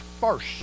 first